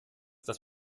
dass